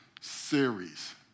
series